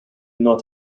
not